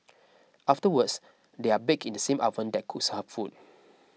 afterwards they are baked in the same oven that cooks her food